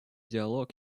диалог